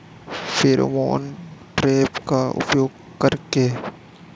Pheromone trap का उपयोग कर के?